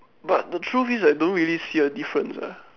but the truth is I don't really see a difference lah